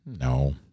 no